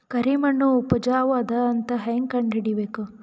ಕರಿಮಣ್ಣು ಉಪಜಾವು ಅದ ಅಂತ ಹೇಂಗ ಕಂಡುಹಿಡಿಬೇಕು?